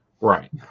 right